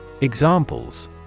Examples